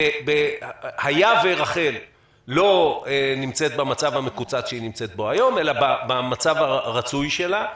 היה ורח"ל לא נמצאת במצב המקוצץ שהיא נמצאת בו היום אלא במצב הרצוי שלה,